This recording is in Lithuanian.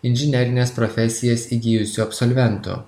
inžinerines profesijas įgijusių absolventų